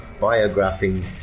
biographing